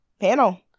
Panel